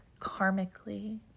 karmically